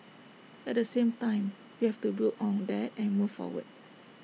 at the same time we have to build on that and move forward